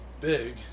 big